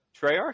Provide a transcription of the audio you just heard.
Treyarch